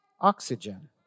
oxygen